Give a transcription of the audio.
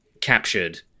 captured